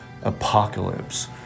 apocalypse